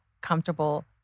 comfortable